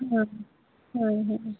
ᱚᱸᱻ